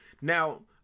Now